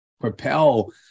propel